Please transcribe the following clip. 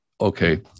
Okay